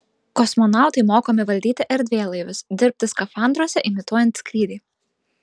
kosmonautai mokomi valdyti erdvėlaivius dirbti skafandruose imituojant skrydį